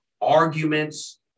arguments